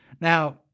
Now